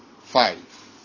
Five